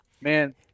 man